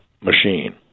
machine